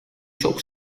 çok